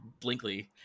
Blinkley